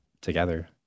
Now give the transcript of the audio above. together